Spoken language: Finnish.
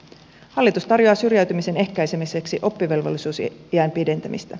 hallitus tarjoaa syrjäytymisen ehkäisemiseksi oppivelvollisuusiän pidentämistä